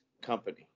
company